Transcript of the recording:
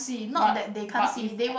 but but if at